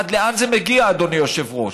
עד לאן זה מגיע, אדוני היושב-ראש?